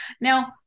Now